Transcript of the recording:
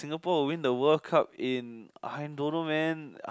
Singapore will win the World Cup in I don't know man